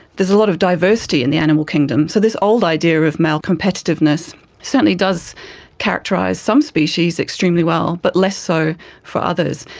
a lot of diversity in the animal kingdom. so this old idea of male competitiveness certainly does characterise some species extremely well, but less so for others.